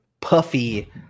puffy